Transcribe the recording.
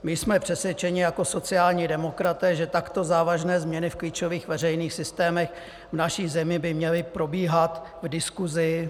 My jsme přesvědčeni jako sociální demokraté, že takto závažné změny v klíčových veřejných systémech v naší zemí by měly probíhat v diskusi.